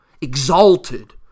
exalted